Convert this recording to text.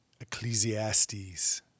Ecclesiastes